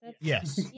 Yes